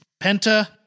Penta